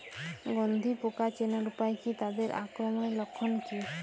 গন্ধি পোকা চেনার উপায় কী তাদের আক্রমণের লক্ষণ কী?